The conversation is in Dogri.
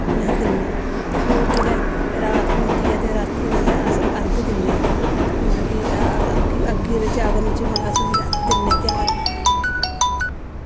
इ'यां अस दिन्ने ते फिर और जेल्लै रात पौंदी ऐ ते रातीं बेल्लै अस अर्घ दिन्ने मतलब कि अग्गी अग्गी दे बिच अग्नि च दिन्ने तेहार